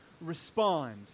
respond